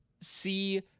see